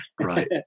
Right